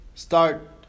Start